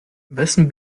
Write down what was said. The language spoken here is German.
wessen